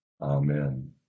Amen